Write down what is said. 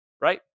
right